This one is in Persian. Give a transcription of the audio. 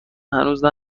هنوز